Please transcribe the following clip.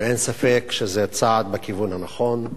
אין ספק שזה צעד בכיוון הנכון.